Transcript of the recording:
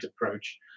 approach